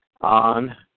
on